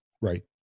right